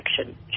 action